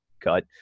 cut